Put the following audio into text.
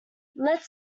let